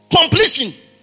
Completion